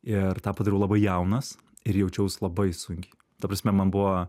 ir tą padariau labai jaunas ir jaučiaus labai sunkiai ta prasme man buvo